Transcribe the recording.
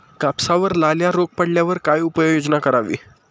कापसावर लाल्या रोग पडल्यावर काय उपाययोजना करावी?